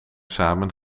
samen